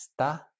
está